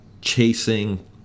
chasing